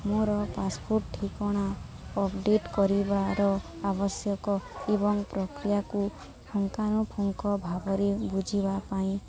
ମୋର ପାସ୍ପୋର୍ଟ ଠିକଣା ଅପଡ଼େଟ୍ କରିବାର ଆବଶ୍ୟକ ଏବଂ ପ୍ରକ୍ରିୟାକୁ ପୁଂଖାନୁ ପୁଂଖ ଭାବରେ ବୁଝିବା ପାଇଁ